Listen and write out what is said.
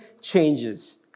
changes